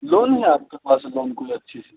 loan ہے آپ کے پاس لون کوئی اچھی سی